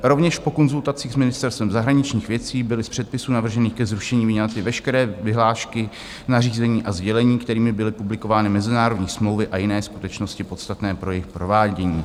Rovněž po konzultacích s Ministerstvem zahraničních věcí byly z předpisů navržených ke zrušení vyňaty veškeré vyhlášky, nařízení a sdělení, kterými byly publikovány mezinárodní smlouvy a jiné skutečnosti podstatné pro jejich provádění.